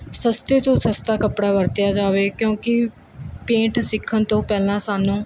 ਸਸਤੇ ਤੋਂ ਸਸਤਾ ਕੱਪੜਾ ਵਰਤਿਆ ਜਾਵੇ ਕਿਉਂਕਿ ਪੇਂਟ ਸਿੱਖਣ ਤੋਂ ਪਹਿਲਾਂ ਸਾਨੂੰ